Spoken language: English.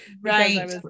Right